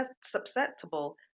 susceptible